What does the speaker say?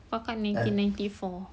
kakak nineteen ninety four